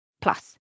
Plus